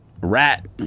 Rat